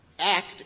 act